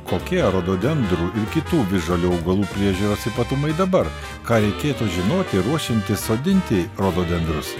kokie rododendrų ir kitų visžalių augalų priežiūros ypatumai dabar ką reikėtų žinoti ruošiantis sodinti rododendrus